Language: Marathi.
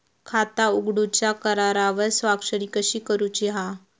खाता उघडूच्या करारावर स्वाक्षरी कशी करूची हा?